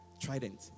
Trident